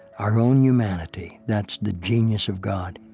our own humanity that's the genius of god